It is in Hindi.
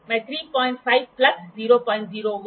तो यह महत्वपूर्ण बात है जिसे एंगलθ की सैन कहा जाता है ठीक है